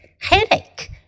Headache